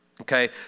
Okay